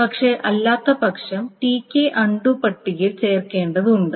പക്ഷേ അല്ലാത്തപക്ഷം Tk അൺണ്ടു പട്ടികയിൽ ചേർക്കേണ്ടതുണ്ട്